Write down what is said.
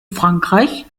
frankreich